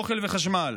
אוכל וחשמל.